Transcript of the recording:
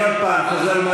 אני עוד הפעם חוזר,